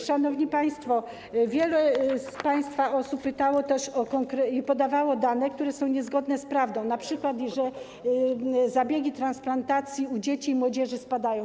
Szanowni państwo, wielu z państwa pytało też i podawało dane, które są niezgodne z prawdą, np. że liczba zabiegów transplantacji u dzieci i młodzieży spada.